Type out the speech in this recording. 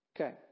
Okay